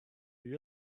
you